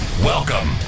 Welcome